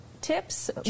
tips